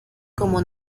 como